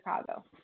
Chicago